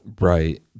right